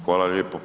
Hvala lijepo.